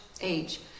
age